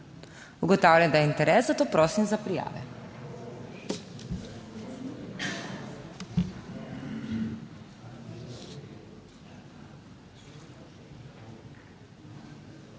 Ugotavljam, da je interes, zato prosim za prijave.